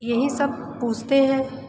यही सब पूछते हैं